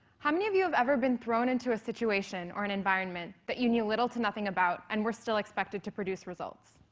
how many of you have ever been thrown into a situation or an environment that you knew little to nothing about and were still expected to produce results?